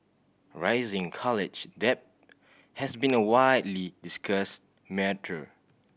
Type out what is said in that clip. rising college debt has been a widely discussed matter